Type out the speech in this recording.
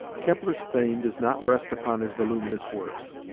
kepler's fame does not rest upon his voluminous works.